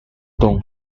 dong